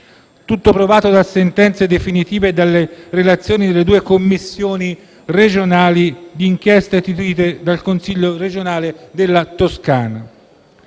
tutto provato da sentenze definitive e dalle relazioni delle due commissioni regionali di inchiesta istituite dal Consiglio regionale della Toscana.